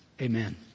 Amen